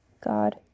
God